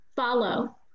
follow